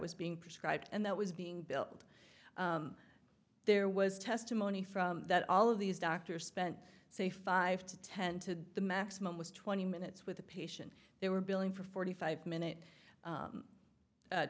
being prescribed and that was being built there was testimony from that all of these doctors spent say five to ten to the maximum was twenty minutes with the patient they were billing for forty five minute